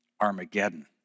Armageddon